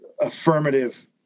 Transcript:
affirmative